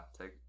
take